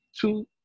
Two